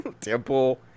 temple